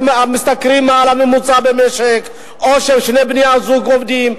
שמשתכרים מעל הממוצע במשק או ששני בני-הזוג עובדים.